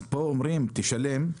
כאן אומרים שישלם,